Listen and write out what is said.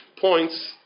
points